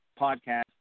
Podcast